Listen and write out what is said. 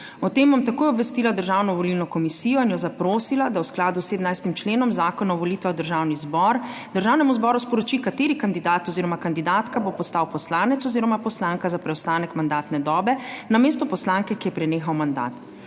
O tem bom takoj obvestila Državno volilno komisijo in jo zaprosila, da v skladu s 17. členom Zakona o volitvah v državni zbor sporoči Državnemu zboru, kateri kandidat oziroma kandidatka bo postal poslanec oziroma poslanka za preostanek mandatne dobe namesto poslanke, ki ji je prenehal mandat.